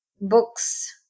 books